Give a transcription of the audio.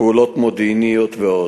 פעולות מודיעיניות ועוד.